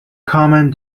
common